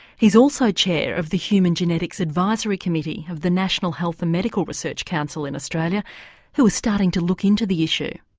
he's also chair of the human genetics advisory committee of the national health and medical research council in australia who are starting to look into the issue.